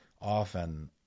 often